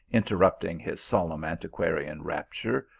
interrupting his solemn antiquarian rapture,